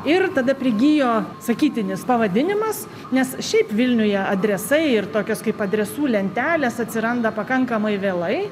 ir tada prigijo sakytinis pavadinimas nes šiaip vilniuje adresai ir tokios kaip adresų lentelės atsiranda pakankamai vėlai